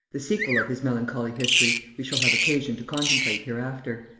the sequel of his melancholy history we shall have occasion to contemplate hereafter.